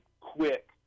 quick